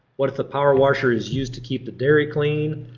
what if the power washer is used to keep the dairy clean?